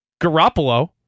Garoppolo